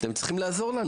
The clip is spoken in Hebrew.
אתם צריכים לעזור לנו